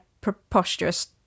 preposterous